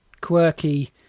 quirky